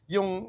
Yung